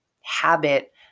habit